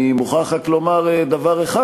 אני מוכרח רק לומר דבר אחד,